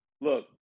look